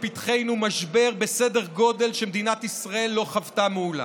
לפתחנו משבר בסדר גודל שמדינת ישראל לא חוותה מעולם.